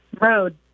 Road